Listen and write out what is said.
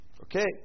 Okay